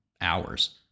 hours